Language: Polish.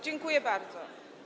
Dziękuję bardzo.